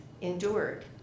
endured